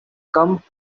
come